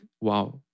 wow